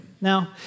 Now